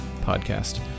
podcast